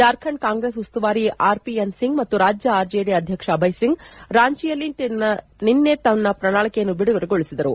ಜಾರ್ಖಂಡ್ ಕಾಂಗ್ರೆಸ್ ಉಸ್ತುವಾರಿ R PN Singh ಮತ್ತು ರಾಜ್ತ ಆರ್ ಜೆಡಿ ಅಧ್ಯಕ್ಷ ಅಭಯ್ ಸಿಂಗ್ ರಾಂಚಿಯಲ್ಲಿ ನಿನ್ನೆ ತಮ್ಮ ಪ್ರಣಾಳಿಕೆಯನ್ನು ಬಿಡುಗಡೆಗೊಳಿಸಿದರು